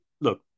look